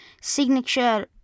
signature